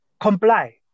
Comply